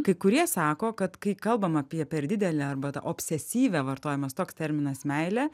kai kurie sako kad kai kalbam apie per didelę arba tą obsesyvią vartojamas toks terminas meilę